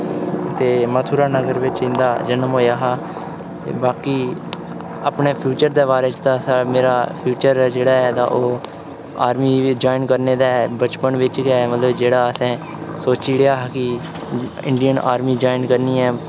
ते मथुरा नगर बिच्च इं'दा जनम होएया हा ते बाकी अपने फ्यूचर दे बारे च ता मेरा फ्यूचर जेह्ड़ा ऐ तां ओह् आर्मी जोइन करने दा ऐ बचपन बिच्च गै जेह्ड़ा असें सोची ओड़ेआ हा कि इन्डियन आर्मी जोइन करनी ऐ